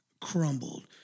crumbled